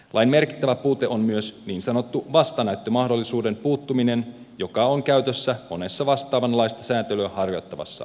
lain merkittävä puute on myös niin sanottu vastanäyttömahdollisuuden puuttuminen joka on käytössä monessa vastaavanlaista sääntelyä harjoittavassa maassa